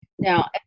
Now